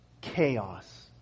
chaos